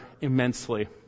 immensely